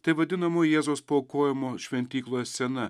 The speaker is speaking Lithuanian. tai vadinamo jėzaus paaukojimo šventykloje scena